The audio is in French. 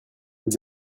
vous